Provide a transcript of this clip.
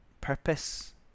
purpose